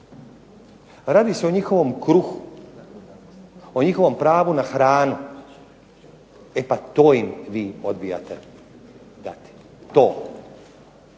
Radi se o njihovom kruhu, o njihovom pravu na hranu. E pa to im vi odbijate to.